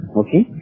okay